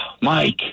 Mike